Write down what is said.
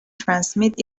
transmit